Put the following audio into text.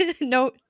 No